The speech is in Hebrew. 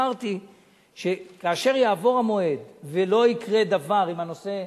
אמרתי שכאשר יעבור המועד ולא יקרה דבר עם הנושא